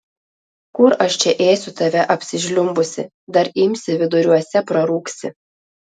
kur aš čia ėsiu tave apsižliumbusį dar imsi viduriuose prarūgsi